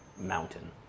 mountain